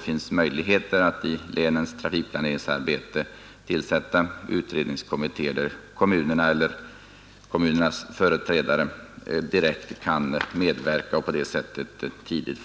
Finns det möjligheter att i länens trafikplaneringsarbete tillsätta utredningskommittéer, där kommunerna eller deras företrädare direkt kan medverka, så att de resultat